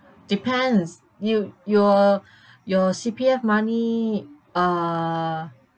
depends you your your C_P_F money uh